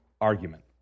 argument